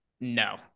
no